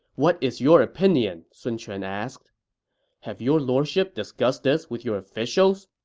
what is your opinion? sun quan asked have your lordship discussed this with your officials?